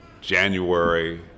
January